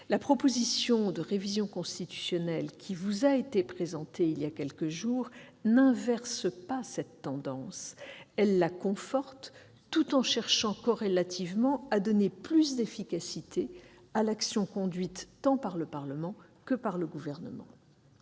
Le projet de révision constitutionnelle qui vous a été présenté voilà quelques jours n'inverse pas cette tendance. Il la conforte, tout en cherchant corrélativement à donner plus d'efficacité à l'action conduite tant par le Parlement que par le Gouvernement.